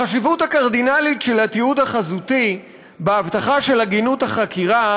החשיבות הקרדינלית של התיעוד החזותי בהבטחה של הגינות החקירה